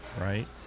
right